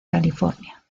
california